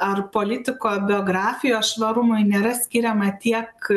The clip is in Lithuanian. ar politiko biografijos švarumui nėra skiriama tiek